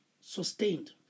sustained